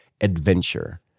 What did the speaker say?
adventure